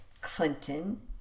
Clinton